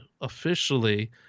officially